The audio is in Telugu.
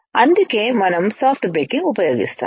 అందుకే మనం సాఫ్ట్ బేకింగ్ ఉపయోగిస్తాము